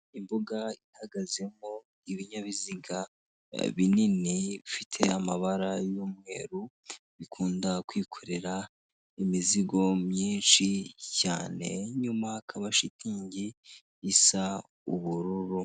Imbuga ihagazemo ibinyabiziga binini bifite amabara y'umweru bikunda kwikorera imizigo myinshi cyane, inyuma hakaba shitingi isa ubururu.